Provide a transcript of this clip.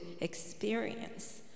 experience